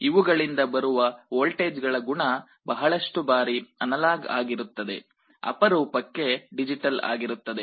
ಇವುಗಳಿಂದ ಬರುವ ವೋಲ್ಟೇಜ್ಗಳ ಗುಣ ಬಹಳಷ್ಟು ಬಾರಿ ಅನಲಾಗ್ ಆಗಿರುತ್ತದೆ ಅಪರೂಪಕ್ಕೆ ಡಿಜಿಟಲ್ ಆಗಿರುತ್ತದೆ